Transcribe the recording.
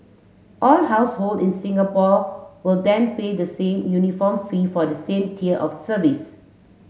all household in Singapore will then pay the same uniform fee for the same tier of service